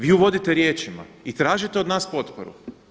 Vi ju vodite riječima i tražite od nas potporu.